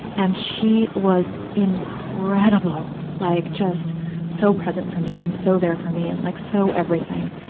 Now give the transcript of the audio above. and she was incredible! like just so present for me and so there for me and like so everything,